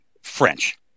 French